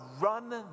run